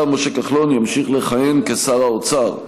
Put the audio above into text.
השר משה כחלון ימשיך לכהן כשר האוצר.